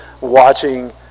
watching